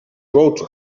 wrote